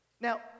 now